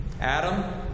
Adam